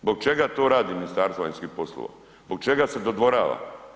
Zbog čega to radi Ministarstvo vanjskih poslova, zbog čega se dodvorava?